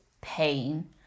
pain